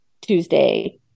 Tuesday